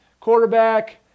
Quarterback